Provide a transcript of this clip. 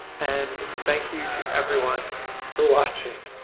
and thank you to everyone for watching.